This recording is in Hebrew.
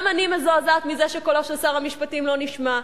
גם אני מזועזעת מזה שקולו של שר המשפטים לא נשמע,